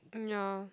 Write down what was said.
mm ya